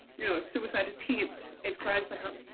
you know suicide attempts, as cries for help,